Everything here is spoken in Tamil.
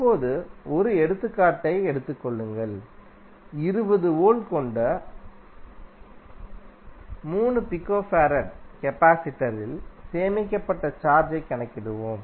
இப்போது 1 எடுத்துக்காட்டை எடுத்துக் கொள்ளுங்கள் 20 வோல்ட் கொண்டpF கெபாசிடரில் சேமிக்கப்பட்ட சார்ஜைக் கணக்கிடுவோம்